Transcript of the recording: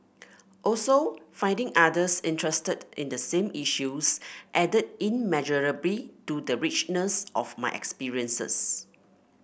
also finding others interested in the same issues added immeasurably to the richness of my experiences